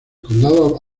condado